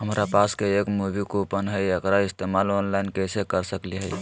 हमरा पास एक मूवी कूपन हई, एकरा इस्तेमाल ऑनलाइन कैसे कर सकली हई?